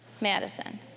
Madison